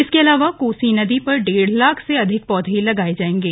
इसके अलावा कोसी नदी पर डेढ़ लाख से अधिक पौधे लगाये जायेंगे